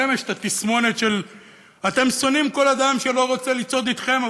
לכם יש את התסמונת שאתם שונאים כל אדם שלא רוצה לצעוד אתכם,